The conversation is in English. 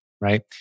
right